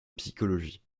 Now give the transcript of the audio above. psychologie